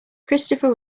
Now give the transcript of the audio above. christopher